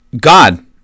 God